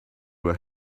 were